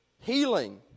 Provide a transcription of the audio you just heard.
healing